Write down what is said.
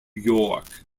york